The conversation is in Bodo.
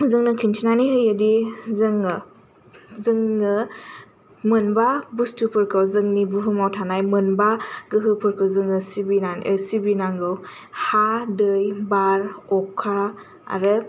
जोंनो खिन्थिनानै होयोदि जोङो जोंनो मोनबा बुस्थुफोरखौ जोंनि बुहुमाव थानाय मोनबा गोहोफोरखौ जोङो सिबिनांगौ हा दै बार अखा आरो